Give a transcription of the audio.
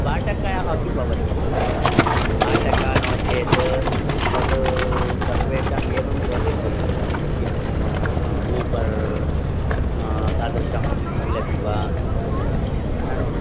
भाटकम् अपि भवति भाटकं नो चेत् तत् सर्वेषाम् एवं भवति खलु किम् ऊबर् तादृशं मिलति वा अनन्